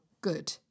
good